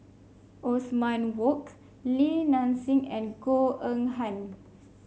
Othman Wok Li Nanxing and Goh Eng Han